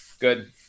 Good